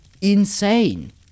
insane